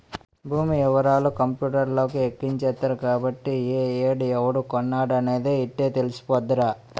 భూమి యివరాలన్నీ కంపూటర్లకి ఎక్కించేత్తరు కాబట్టి ఏ ఏడు ఎవడు కొన్నాడనేది యిట్టే తెలిసిపోద్దిరా